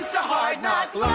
the so hard-knock